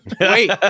Wait